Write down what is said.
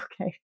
okay